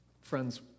Friends